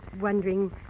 wondering